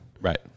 right